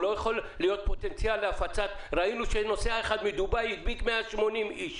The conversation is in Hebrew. הוא לא יכול להיות פוטנציאל ראינו שנוסע אחד מדובאי הדביק 180 איש.